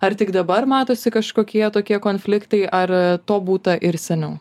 ar tik dabar matosi kažkokie tokie konfliktai ar to būta ir seniau